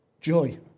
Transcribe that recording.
joy